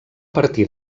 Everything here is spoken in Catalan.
partir